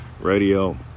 Radio